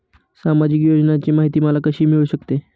सामाजिक योजनांची माहिती मला कशी मिळू शकते?